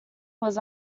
was